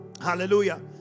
Hallelujah